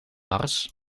mars